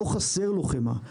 לא חסרה לו חמאה.